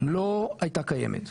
לא הייתה קיימת,